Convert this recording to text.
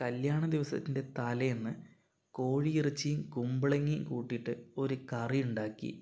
കല്യാണ ദിവസത്തിൻ്റെ തലേന്ന് കോഴി ഇറച്ചിയും കുമ്പളങ്ങിയും കൂട്ടിയിട്ട് ഒരു കറി ഉണ്ടാക്കി